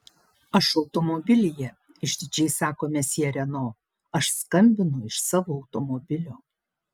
aš automobilyje išdidžiai sako mesjė reno aš skambinu iš savo automobilio